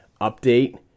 Update